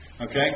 Okay